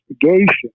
investigation